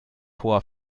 hoher